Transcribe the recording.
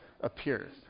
appears